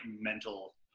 mental